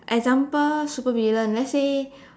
example supervillain let's say